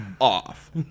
off